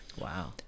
wow